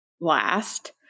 last